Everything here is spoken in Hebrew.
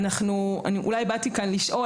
אולי באתי כאן לשאול,